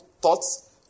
thoughts